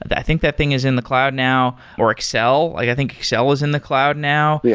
i think that thing is in the cloud now, or excel. i think excel is in the cloud now yeah,